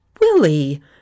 Willie